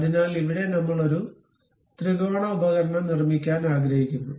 അതിനാൽ ഇവിടെ നമ്മൾ ഒരു ത്രികോണ ഉപകരണം നിർമ്മിക്കാൻ ആഗ്രഹിക്കുന്നു